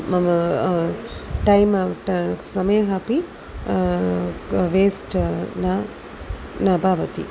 मम time out समयः अपि वेस्ट् न न भवति